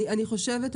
אני חושבת,